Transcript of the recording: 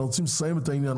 אנחנו רוצים לסיים את העניין,